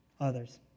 Others